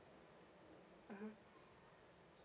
mmhmm